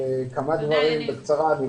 להשוות את מספר הילדים שנדבקו באותו השבוע או באותה